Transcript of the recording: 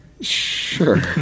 Sure